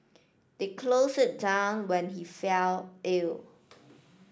they closed it down when he fell ill